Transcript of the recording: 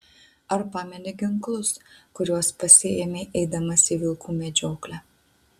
ar pameni ginklus kuriuos pasiėmei eidamas į vilkų medžioklę